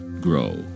grow